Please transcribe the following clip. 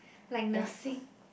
like nursing